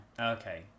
okay